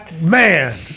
Man